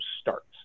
starts